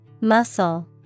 Muscle